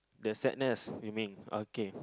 the sadness you mean okay